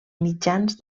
mitjans